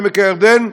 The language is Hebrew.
בעמק-הירדן,